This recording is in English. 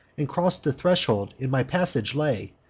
and cross the threshold in my passage lay,